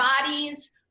bodies